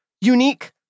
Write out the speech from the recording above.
unique